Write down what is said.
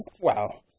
Wow